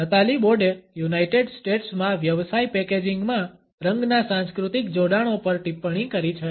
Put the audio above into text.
Natalie Bode United States માં વ્યવસાય packaging માં રંગના સાંસ્કૃતિક જોડાણો પર ટિપ્પણી કરી છે